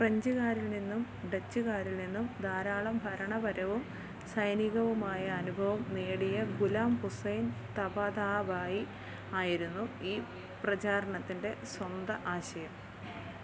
ഫ്രഞ്ചുകാരിൽ നിന്നും ഡച്ചുകാരിൽ നിന്നും ധാരാളം ഭരണപരവും സൈനികവുമായ അനുഭവം നേടിയ ഗുലാം ഹുസൈൻ തബതാബായി ആയിരുന്നു ഈ പ്രചാരണത്തിൻ്റെ സ്വന്ത ആശയം